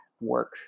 work